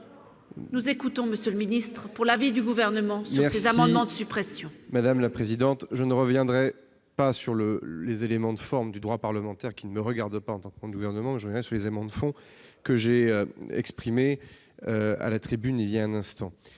Nous écoutons monsieur le ministre pour l'avis du gouvernement sur ces amendements de suppression. Madame la présidente, je ne reviendrai pas sur le les éléments de forme du droit parlementaire qui ne me regarde pas entreprendre reviens sur les amendes font que j'ai exprimé à la tribune, il y a un instant,